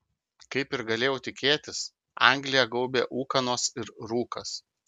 kaip ir galėjau tikėtis angliją gaubė ūkanos ir rūkas